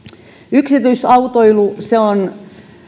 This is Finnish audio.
yksityisautoilu se on